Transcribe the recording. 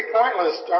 pointless